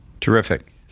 Terrific